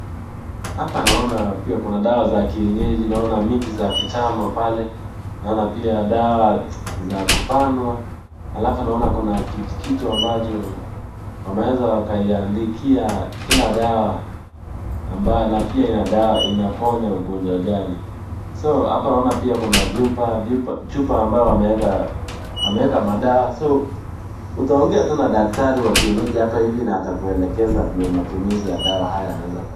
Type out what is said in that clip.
Hapa naona pia kuna dawa za kienyeji ,naona miti za kitambo pale ,naona pia dawa za kupandwa alafu naona kuna kitu ambacho wanaeza wakaiandikia kila dawa na pia na dawa inaponya ugonjwa gani (cs) so (cs) hapa naona kuna viupa, chupa ambayo wameeka madawa (cs) so (cs) utaongea tu na daktari wa kienyeji hapa hivi na ata kuelekeza vile matumizi ya dawa haya yanaweza ka.........